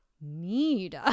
need